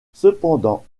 cependant